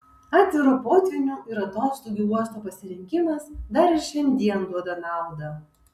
atviro potvynių ir atoslūgių uosto pasirinkimas dar ir šiandien duoda naudą